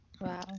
Wow